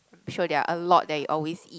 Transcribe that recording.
sure there are a lot that you always eat